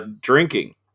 drinking